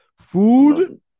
Food